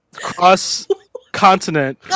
cross-continent